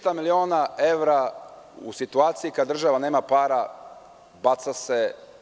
Trista miliona evra u situaciji kada država nema para baca se.